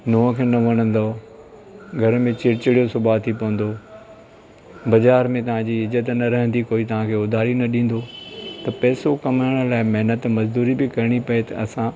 नुंहं खे न वणंदो घर में चिड़चिड़ियूं सुभाउ थी पवंदो बाज़ारि में तव्हांजी इज़त न रहंदी कोई तव्हांखे उधारी न ॾींदो त पेसो कमाइण लाइ महिनतु मज़दूरी बि करणी पए त असां